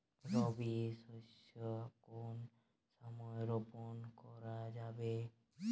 রবি শস্য কোন সময় রোপন করা যাবে?